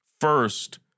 First